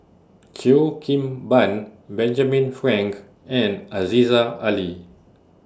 Cheo Kim Ban Benjamin Frank and Aziza Ali